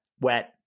wet